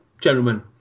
gentlemen